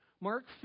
Mark